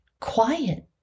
Quiet